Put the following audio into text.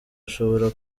ashobora